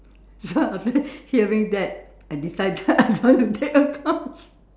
so after hearing that I decided I don't want to take accounts